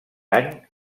any